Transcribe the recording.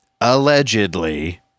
allegedly